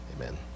Amen